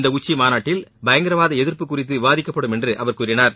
இந்த உச்சிமாநாட்டில் பயங்கரவாத எதிர்ப்பு குறித்து விவாதிக்கப்படும் என்று அவர் கூறினார்